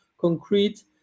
concrete